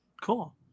Cool